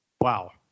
Wow